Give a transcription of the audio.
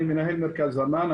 מנהל מרכז ענאן,